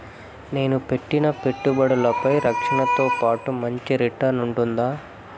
నేను పెట్టిన పెట్టుబడులపై రక్షణతో పాటు మంచి రిటర్న్స్ ఉంటుందా?